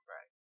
Right